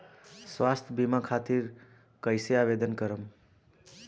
स्वास्थ्य बीमा खातिर कईसे आवेदन करम?